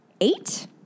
Eight